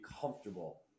comfortable